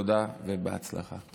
תודה ובהצלחה.